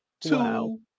two